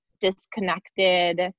disconnected